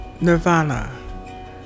Nirvana